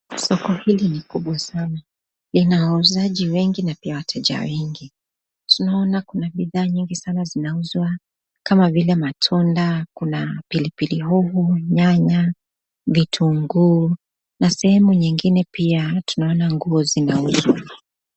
Siko hili ni kubwa sana. Lina wauzaji wengi na pia wateja wengi. Tunaona kuna bidhaa nyinyi sana zinauzwa kama vile matunda, kuna pilipili hoho, nyanya, vitunguu na sehemu nyingine pia tunaona nguo zinauzwa.